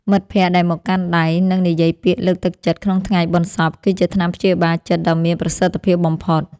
មិត្តភក្តិដែលមកកាន់ដៃ និងនិយាយពាក្យលើកទឹកចិត្តក្នុងថ្ងៃបុណ្យសព គឺជាថ្នាំព្យាបាលចិត្តដ៏មានប្រសិទ្ធភាពបំផុត។